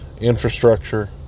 infrastructure